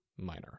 minor